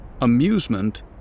amusement